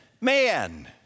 man